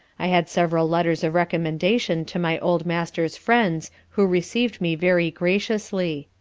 i had several letters of recommendation to my old master's friends, who receiv'd me very graciously.